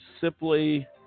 simply